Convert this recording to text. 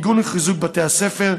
מיגון וחיזוק של בתי הספר,